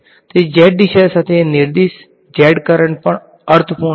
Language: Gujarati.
તેથી z દિશા સાથે નિર્દેશિત z કરંટ પણ અર્થપૂર્ણ છે